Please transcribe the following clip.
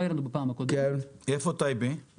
וההפעלה שלה בשנת 2031. חשוב להבהיר שכדי להגיע ללוחות